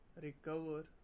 recover